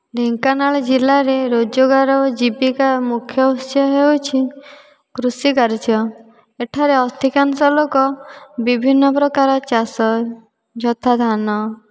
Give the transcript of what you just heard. ଢେଙ୍କାନାଳ ଜିଲ୍ଲାରେ ରୋଜଗାର ଓ ଜୀବିକା ମୁଖ୍ୟ ଉତ୍ସ ହେଉଛି କୃଷିକାର୍ଯ୍ୟ ଏଠାରେ ଅଧିକାଂଶ ଲୋକ ବିଭିନ୍ନପ୍ରକାର ଚାଷ ଯଥା ଧାନ